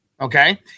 Okay